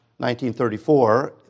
19.34